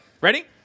Ready